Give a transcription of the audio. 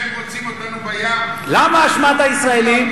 למה אשמת הישראלים?